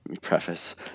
preface